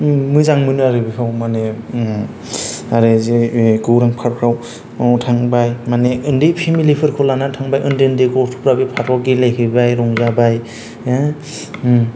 मोजां मोनो आरो बेखौ माने आरो जे गौरां पार्कफोराव बेयाव थांबाय माने उन्दै फेमिलिफोरखौ लानानै थांबाय उन्दै उन्दै गथ'फोरा बे पार्कआव गेलेहैबाय रंजाबाय